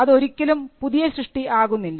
അതൊരിക്കലും പുതിയ സൃഷ്ടി ആകുന്നില്ല